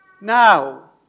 Now